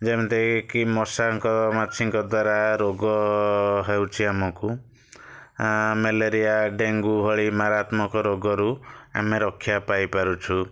ଯେମିତି କି ମଶାଙ୍କ ମାଛିଙ୍କ ଦ୍ଵାରା ରୋଗ ହେଉଛି ଆମକୁ ମ୍ୟାଲେରିଆ ଡେଙ୍ଗୁ ଭଳି ମାରାତ୍ମକ ରୋଗରୁ ଆମେ ରକ୍ଷା ପାଇପାରୁଛୁ